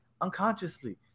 unconsciously